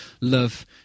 love